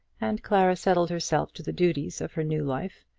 and clara settled herself to the duties of her new life,